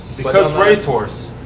because racehorse.